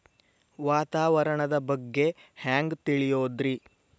ವಾತಾವರಣದ ಬಗ್ಗೆ ಹ್ಯಾಂಗ್ ತಿಳಿಯೋದ್ರಿ?